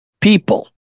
people